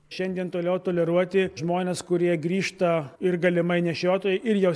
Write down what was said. šiandien toliau toleruoti žmones kurie grįžta ir galimai nešiotojai ir jau